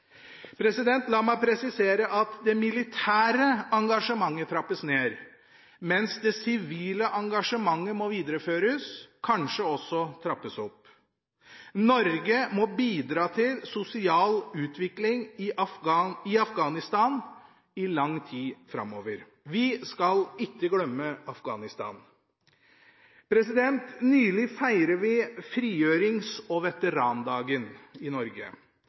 norske. La meg presisere at det militære engasjementet trappes ned, men det sivile engasjementet må videreføres, kanskje også trappes opp. Norge må bidra til sosial utvikling i Afghanistan i lang tid framover. Vi skal ikke glemme Afghanistan. Nylig feiret vi frigjørings- og veterandagen i Norge.